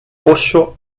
poŝo